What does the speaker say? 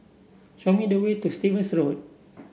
show me the way to Stevens Road